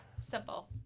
Simple